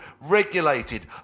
regulated